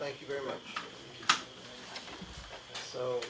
thank you very much so